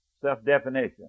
self-definition